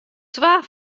twa